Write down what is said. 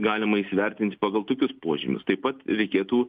galima įsivertinti pagal tokius požymius taip pat reikėtų